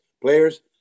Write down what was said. players